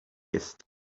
jest